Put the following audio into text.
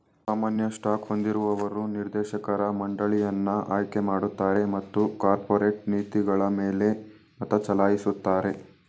ಸಾಮಾನ್ಯ ಸ್ಟಾಕ್ ಹೊಂದಿರುವವರು ನಿರ್ದೇಶಕರ ಮಂಡಳಿಯನ್ನ ಆಯ್ಕೆಮಾಡುತ್ತಾರೆ ಮತ್ತು ಕಾರ್ಪೊರೇಟ್ ನೀತಿಗಳಮೇಲೆ ಮತಚಲಾಯಿಸುತ್ತಾರೆ